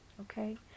okay